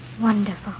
Wonderful